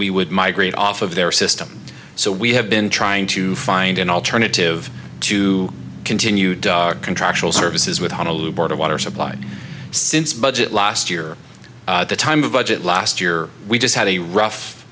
we would migrate off of their system so we have been trying to find an alternative to continued contractual services with honolulu board of water supply since budget last year at the time of budget last year we just had a rough